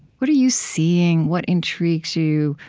what are you seeing, what intrigues you,